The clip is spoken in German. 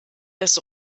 des